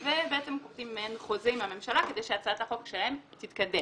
ועושים מעין חוזה עם הממשלה כדי שהצעת החוק שלהם תתקדם.